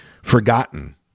forgotten